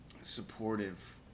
supportive